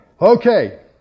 Okay